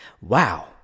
Wow